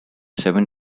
seven